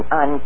on